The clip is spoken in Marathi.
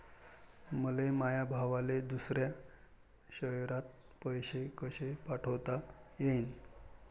मले माया भावाले दुसऱ्या शयरात पैसे कसे पाठवता येईन?